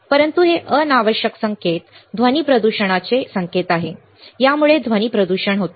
परंतु हे अनावश्यक संकेत ध्वनी प्रदूषणासाठी संकेत आहे यामुळे ध्वनी प्रदूषण होते